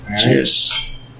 Cheers